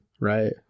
right